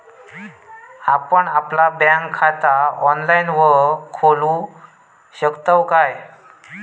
आपण आपला बँक खाता ऑनलाइनव खोलू शकतव काय?